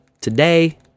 today